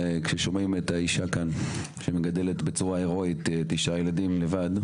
כששומעים את האישה כאן שמגדלת בצורה הרואית תשעה ילדים לבד,